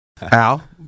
Al